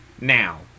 Now